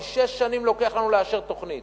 כי שש שנים לוקח לנו לאשר תוכנית.